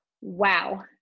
Wow